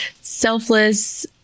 selfless